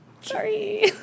sorry